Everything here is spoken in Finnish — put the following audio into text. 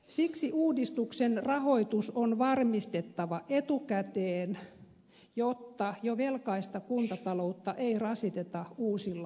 siksi uudistuksen rahoitus on varmistettava etukäteen jotta jo velkaista kuntataloutta ei rasiteta uusilla menoilla